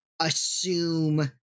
assume